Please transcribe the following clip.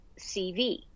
cv